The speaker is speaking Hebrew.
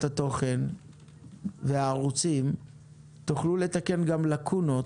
התוכן והערוצים תוכלו לתקן גם לקונות,